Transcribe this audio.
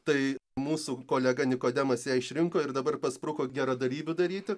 tai mūsų kolega nikodemas ją išrinko ir dabar paspruko geradarybių daryti